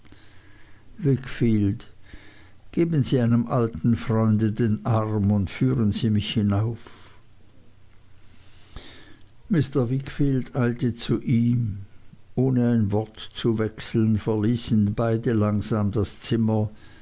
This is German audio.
wickfield geben sie einem alten freunde den arm und führen sie mich hinauf mr wickfield eilte zu ihm ohne ein wort zu wechseln verließen beide langsam das zimmer